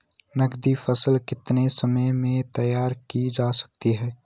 नगदी फसल कितने समय में तैयार की जा सकती है?